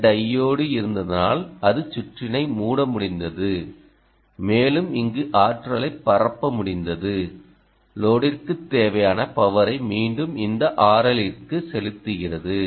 இந்த டையோடு இருந்ததால் அது சுற்றினை மூட முடிந்தது மேலும் இங்கு ஆற்றலைப் பரப்ப முடிந்தது லோடிற்குத் தேவையான பவரை மீண்டும் இந்த RL ற்கு செலுத்துகிறது